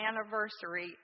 anniversary